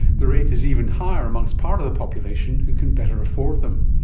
the rate is even higher amongst part of the population who can better afford them.